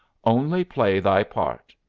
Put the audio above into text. only play thy part.